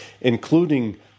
including